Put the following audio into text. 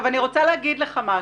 אני רוצה להגיד לך משהו.